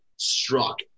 struck